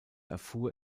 erfuhr